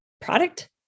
product